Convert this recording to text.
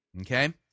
okay